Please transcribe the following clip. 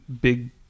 big